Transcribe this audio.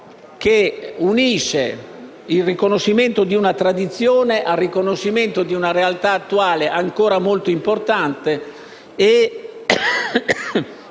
che unisce il riconoscimento di una tradizione al riconoscimento di una realtà ancora attuale e molto importante.